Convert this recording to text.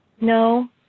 no